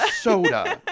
soda